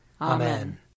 Amen